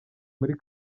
muri